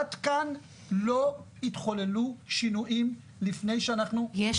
עד כאן לא התחוללו שינויים לפני שאנחנו -- יש